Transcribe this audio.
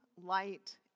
light